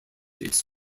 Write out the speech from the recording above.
its